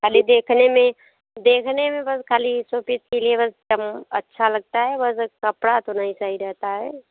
खाली देखने में देखने में बस खाली सोपीस के लिए बस हरदम अच्छा लगता है वैसे कपड़ा तो नहीं सही रहता है